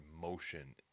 motion